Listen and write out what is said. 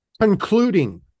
Concluding